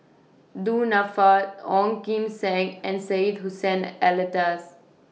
Du Nanfa Ong Kim Seng and Syed Hussein Alatas